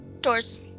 Doors